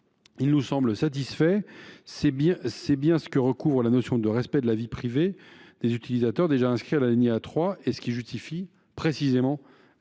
36 nous semble satisfait. C’est bien ce que recouvre la notion de respect de la vie privée des utilisateurs, déjà inscrite à l’alinéa 3, qui justifie précisément l’avis de